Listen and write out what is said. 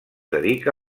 dedica